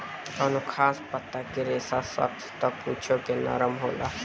कवनो खास पता के रेसा सख्त त कुछो के नरम होला